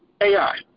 AI